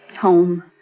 Home